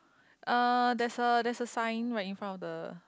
uh there's a there's a sign right in front of the